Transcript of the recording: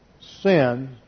sin